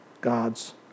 God's